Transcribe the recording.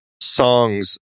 songs